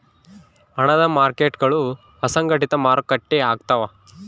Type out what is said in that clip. ಹಣದ ಮಾರ್ಕೇಟ್ಗುಳು ಅಸಂಘಟಿತ ಮಾರುಕಟ್ಟೆ ಆಗ್ತವ